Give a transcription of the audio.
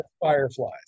fireflies